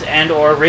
and/or